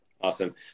Awesome